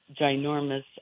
ginormous